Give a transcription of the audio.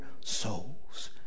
souls